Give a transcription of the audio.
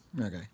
Okay